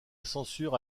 censure